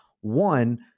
One